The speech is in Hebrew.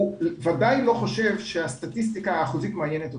הוא בוודאי לא חושב שהסטטיסטיקה האחוזית מעניינת אותו.